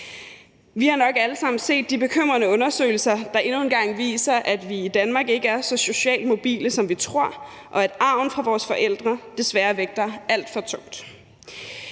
Vi har nok alle sammen set de bekymrende undersøgelser, der endnu en gang viser, at vi i Danmark ikke er så socialt mobile, som vi tror, og at arven fra vores forældre desværre vægter alt for tungt.